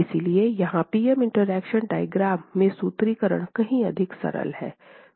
इसलिए यहां P M interaction diagram में सूत्रीकरण कहीं अधिक सरल है